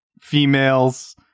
females